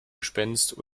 gespenst